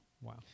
Wow